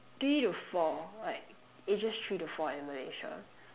three to four like ages three to four in Malaysia